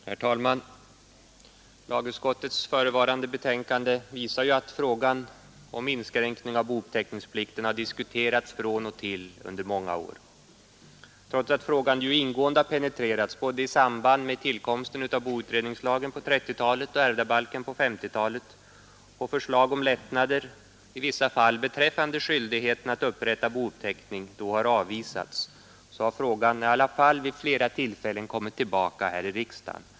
Herr talman! Lagutskottets förevarande betänkande visar ju att frågan om inskränkning av bouppteckningsplikten har diskuterats från och till under många år. Trots att frågan ingående penetrerats både i samband med tillkomsten av boutredningslagen på 1930-talet och ärvdabalken på 1950-talet och förslag om lättnader i vissa fall beträffande skyldigheten att upprätta bouppteckning då har avvisats, har frågan i alla fall vid flera tillfällen kommit tillbaka här i riksdagen.